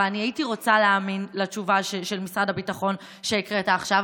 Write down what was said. ואני הייתי רוצה להאמין לתשובה של משרד הביטחון שהקראת עכשיו,